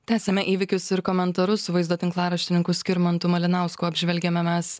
tęsiame įvykius ir komentarus su vaizdo tinklaraštininku skirmantu malinausku apžvelgiame mes